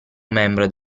membro